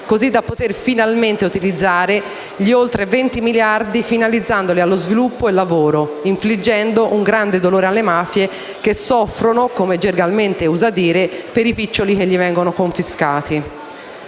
così da poter finalmente utilizzare gli oltre venti miliardi finalizzandoli allo sviluppo e al lavoro, infliggendo un grande dolore alle mafie che soffrono, come gergalmente si usa dire, per i "piccioli" che vengono loro confiscati.